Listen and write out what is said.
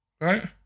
Right